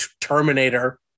Terminator